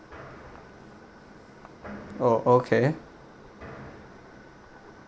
oh okay